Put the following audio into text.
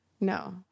No